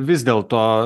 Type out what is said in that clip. vis dėl to